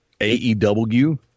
AEW